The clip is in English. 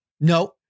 No